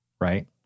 right